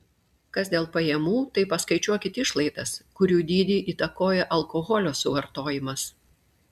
kas dėl pajamų tai paskaičiuokit išlaidas kurių dydį įtakoja alkoholio suvartojimas